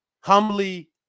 humbly